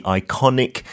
iconic